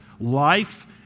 Life